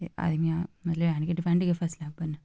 ते आदमी मतलब हैन गै डिपैंड फसलें उप्पर न